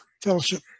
fellowship